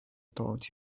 taught